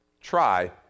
Try